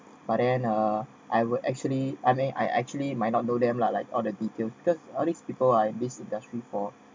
but then uh I would actually I mean I actually might not know them lah like all the details because of these people are based industry for